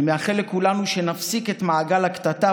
אני מאחל לכולנו שנפסיק את מעגל הקטטה